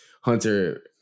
Hunter